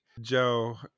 Joe